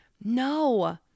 No